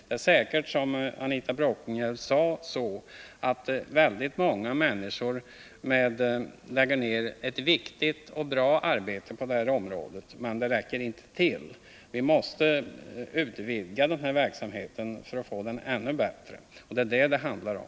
Det är säkert, som Anita Bråkenhielm sade, så att många människor lägger ned ett viktigt och bra arbete på det här området men att det inte är tillräckligt. Vi måste därför utvidga verksamheten för att kunna få den ännu bättre. Det är det som det handlar om.